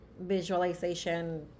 visualization